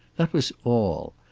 that was all.